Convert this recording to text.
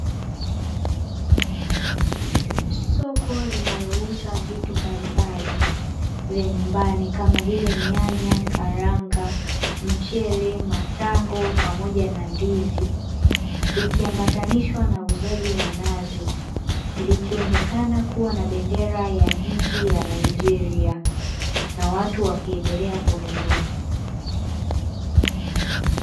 Soko linalouza vitu mbalimbali vya nyumbani kama vile: nyanya, karanga, mchele, matango, pamoja na ndizi; vikiambatanishwa na uuzaji wa nazi. Likionekana kuwa na bendera ya nchi ya "NIGERIA" na watu wakiendelea kununua.